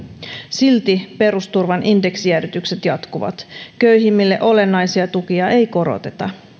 silti perusturvan indeksijäädytykset jatkuvat köyhimmille olennaisia tukia ei koroteta